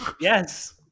Yes